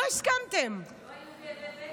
לא היו כאבי בטן.